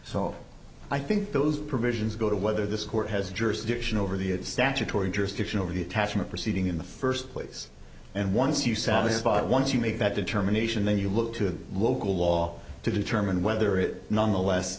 so i think those provisions go to whether this court has jurisdiction over the statutory jurisdiction over the attachment proceeding in the first place and once you satisfy once you make that determination then you look to local law to determine whether it nonetheless